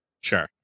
Sure